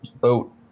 boat